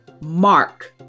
mark